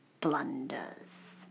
blunders